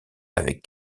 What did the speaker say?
avec